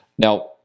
Now